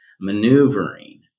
maneuvering